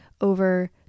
over